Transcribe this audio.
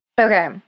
Okay